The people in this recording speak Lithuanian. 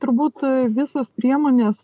turbūt visos priemonės